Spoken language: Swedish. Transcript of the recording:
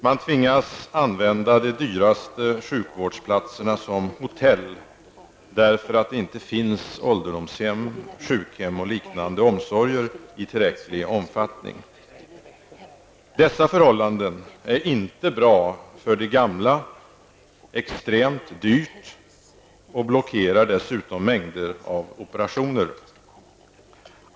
Man tvingas använda de dyraste sjukvårdsplatserna som hotell, därför att det inte finns ålderdomshem, sjukhem och liknande omsorger i tillräcklig omfattning. Dessa förhållanden är inte bra för de gamla. Det är extremt dyrt och blockerar dessutom mängder av operationer.